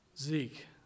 Zeke